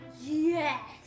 Yes